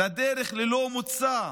לדרך ללא מוצא?